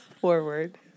forward